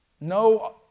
No